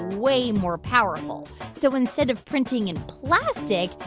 way more powerful. so instead of printing in plastic,